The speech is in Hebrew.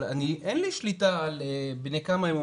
אבל אין לי שליטה על בני כמה הם,